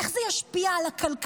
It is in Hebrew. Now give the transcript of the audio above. איך זה ישפיע על הכלכלה.